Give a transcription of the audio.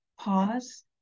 pause